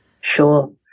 Sure